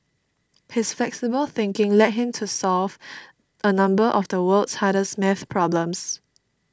his flexible thinking led him to solve a number of the world's hardest math problems